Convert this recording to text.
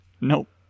Nope